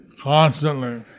constantly